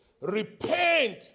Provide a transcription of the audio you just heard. Repent